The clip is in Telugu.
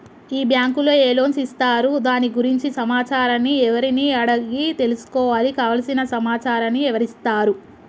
ఈ బ్యాంకులో ఏ లోన్స్ ఇస్తారు దాని గురించి సమాచారాన్ని ఎవరిని అడిగి తెలుసుకోవాలి? కావలసిన సమాచారాన్ని ఎవరిస్తారు?